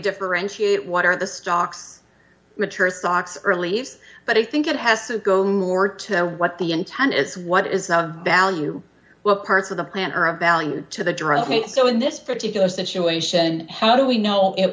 differentiate what are the stocks mature stocks early but i think it has to go more to what the intent is what is the value what parts of the plan are of value to the drug so in this particular situation how do we know it